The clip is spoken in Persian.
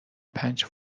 پنج